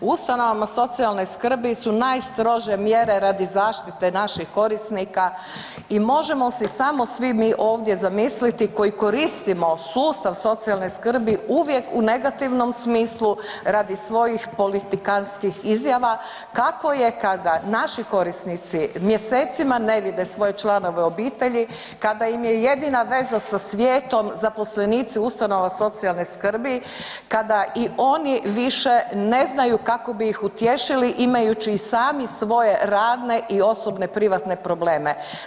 U ustanovama socijalne skrbi su najstrože mjere radi zaštite naših korisnika i možemo si samo svi mi ovdje zamisliti koji koristimo sustav socijalne skrbe uvijek u negativnom smislu radi svojih politikanskih izjava kako je kada naši korisnici mjesecima ne vide svoje članove obitelji kada im je jedina veza sa svijetom zaposlenici ustanova socijalne skrbe, kada i oni više ne znaju kako bi ih utješili imajući i sami svoje radne i osobne privatne probleme.